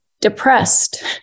depressed